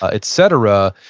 ah et cetera,